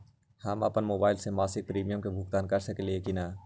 हम अपन मोबाइल से मासिक प्रीमियम के भुगतान कर सकली ह की न?